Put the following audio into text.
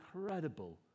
Incredible